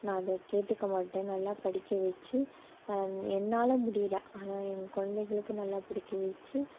நான் அதை கேட்டுக்க மாட்டேன் நல்லா படிக்க வச்சு என்னால் முடியலை ஆனால் என் குழந்தைகளுக்கு நல்லா படிக்க வச்சு